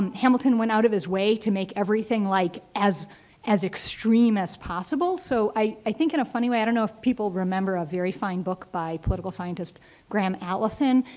and hamilton went out of his way to make everything like as as extreme as possible. so, i think in a funny way, i don't know if people remember a very fine book by political scientist graham allison,